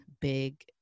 big